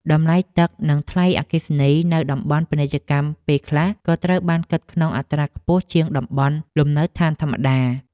តម្លៃទឹកនិងថ្លៃអគ្គិសនីនៅតំបន់ពាណិជ្ជកម្មពេលខ្លះក៏ត្រូវបានគិតក្នុងអត្រាខ្ពស់ជាងតំបន់លំនៅឋានធម្មតា។